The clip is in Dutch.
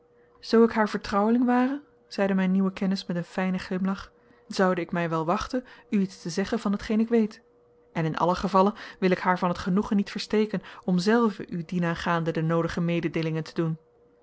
zoo ik haar vertrouweling ware zeide mijn nieuwe kennis met een fijnen glimlach zoude ik mij wel wachten u iets te zeggen van hetgeen ik weet en in allen gevalle wil ik haar van het genoegen niet versteken om zelve u dienaangaande de noodige mededeelingen te doen